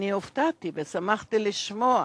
הופתעתי ושמחתי לשמוע